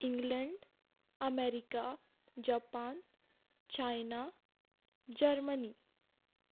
England America Japan China Germany